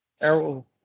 Errol